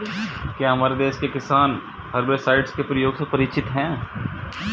क्या हमारे देश के किसान हर्बिसाइड्स के प्रयोग से परिचित हैं?